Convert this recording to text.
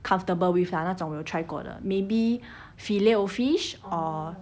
comfortable with ah 那种我有 try 过的 maybe Filet-O-Fish or